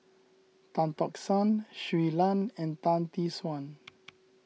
Tan Tock San Shui Lan and Tan Tee Suan